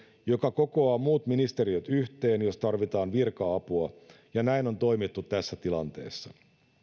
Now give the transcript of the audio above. joka kokoaa muut ministeriöt yhteen jos tarvitaan virka apua ja näin on toimittu tässä tilanteessa